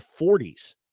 40s